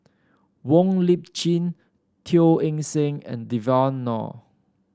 Wong Lip Chin Teo Eng Seng and Devan Nair